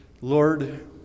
Lord